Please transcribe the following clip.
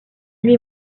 lui